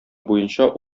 буенча